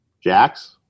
jacks